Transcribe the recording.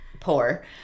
poor